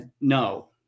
No